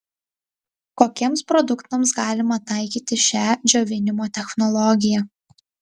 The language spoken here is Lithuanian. kokiems produktams galima taikyti šią džiovinimo technologiją